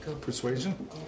Persuasion